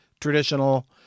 traditional